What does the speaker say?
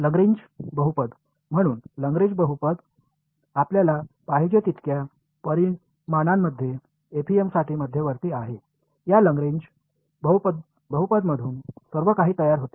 Lagrange बहुपद म्हणून Lagrange बहुपद आपल्याला पाहिजे तितक्या परिमाणांमध्ये एफईएमसाठी मध्यवर्ती आहेत या लग्रेंज बहुपदमधून सर्व काही तयार होते